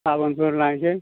गाबोनफोर नायनोसै